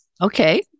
Okay